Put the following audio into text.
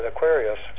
Aquarius